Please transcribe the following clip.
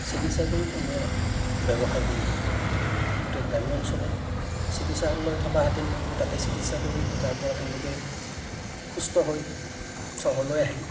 চিকিৎসা কৰিব নে ব্যৱসায় কৰিব গতিকে গ্ৰাম্য অঞ্চলত চিকিৎসালয় থকাহেঁতেন তেওঁলোকে তাতে চিকিৎসা কৰি তাৰপৰা তেওঁলোকে সুস্থ হৈ চহৰলৈ আহি